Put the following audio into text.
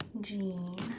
Jean